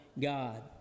God